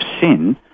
sin